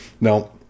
Now